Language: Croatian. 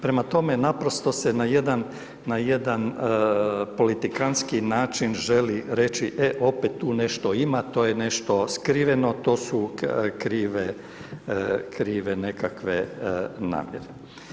Prema tome, naprosto se na jedan, na jedan politikantski način želi reći, e opet tu nešto ima, to je nešto skriveno, to su krive, krive nekakve namjere.